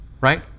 right